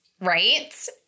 Right